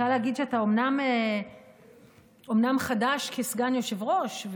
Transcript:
אני רוצה להגיד שאתה אומנם חדש כסגן יושב-ראש,